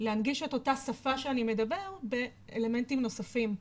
להנגיש את אותה שפה שאני מדבר להיבטים נוספים,